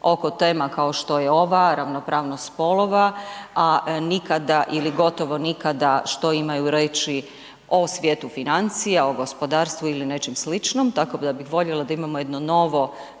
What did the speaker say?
oko tema kao što je ova, ravnopravnost spolova a nikada ili gotovo nikada što imaju reći o svijetu financija, o gospodarstvu ili nečem sličnom. Tako da bih voljela da imamo jedno novo